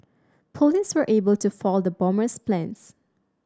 police were able to foil the bomber's plans